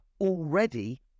Already